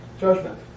judgment